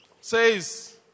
says